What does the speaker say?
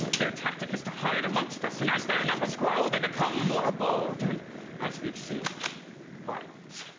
their, tactic is to hide amongst us and as their numbers grow, they become more bold, and as we've seen violent.